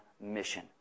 mission